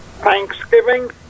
Thanksgiving